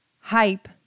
hype